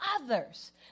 others